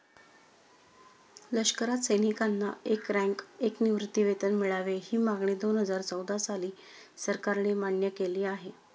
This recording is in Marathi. लष्करात सैनिकांना एक रँक, एक निवृत्तीवेतन मिळावे, ही मागणी दोनहजार चौदा साली सरकारने मान्य केली आहे